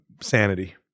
sanity